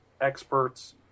experts